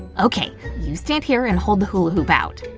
okay, you stand here and hold the hula hoop out.